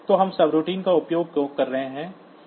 तो हम सबरूटीन का उपयोग क्यों करें